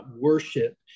worship